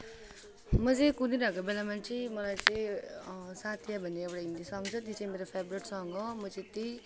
म चाहिँ कुदिरहेको बेलामा चाहिँ मलाई चाहिँ साथिया भन्ने एउटा हिन्दी सङ छ त्यो चाहिँ मेरो फेभरेट सङ हो म चाहिँ त्यही